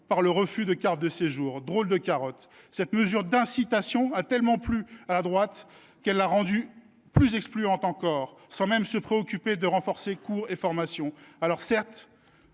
par le refus de carte de séjour, voilà une drôle de carotte… Cette mesure d’« incitation » a tant plu à la droite que celle ci l’a rendue plus excluante encore, sans même se préoccuper de renforcer cours et formation. Certes,